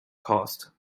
cost